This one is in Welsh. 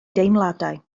deimladau